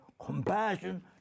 compassion